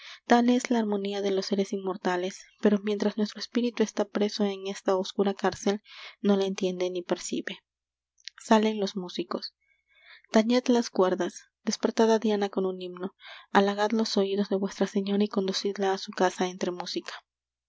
tal es la armonía de los séres inmortales pero mientras nuestro espíritu está preso en esta oscura cárcel no la entiende ni percibe salen los músicos tañed las cuerdas despertad á diana con un himno halagad los oidos de vuestra señora y conducidla á su casa entre música